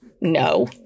No